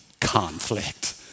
conflict